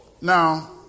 Now